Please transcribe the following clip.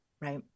right